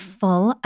full